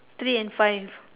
three and five